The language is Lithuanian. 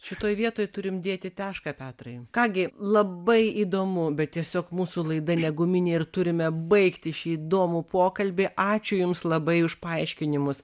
šitoj vietoj turim dėti tašką petrai ką gi labai įdomu bet tiesiog mūsų laida ne guminė ir turime baigti šį įdomų pokalbį ačiū jums labai už paaiškinimus